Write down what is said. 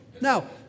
Now